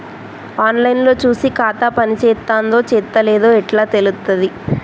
On line లో చూసి ఖాతా పనిచేత్తందో చేత్తలేదో ఎట్లా తెలుత్తది?